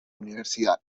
universidad